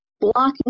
blocking